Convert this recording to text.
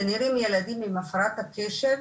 שנראים ילדים עם הפרעת הקשב,